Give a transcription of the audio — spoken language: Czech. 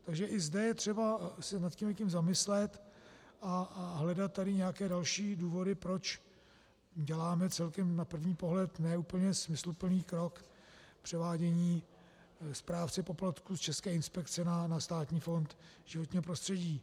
Takže i zde je třeba se nad tímto zamyslet a hledat tady nějaké další důvody, proč děláme celkem na první pohled ne úplně smysluplný krok, převádění správce poplatků z České inspekce na Státní fond životního prostředí.